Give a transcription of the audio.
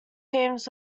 teams